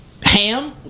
ham